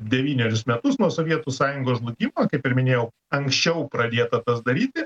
devynerius metus nuo sovietų sąjungos žlugimo kaip ir minėjau anksčiau pradėta tas daryti